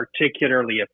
Particularly